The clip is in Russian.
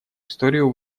историю